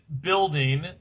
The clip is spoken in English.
building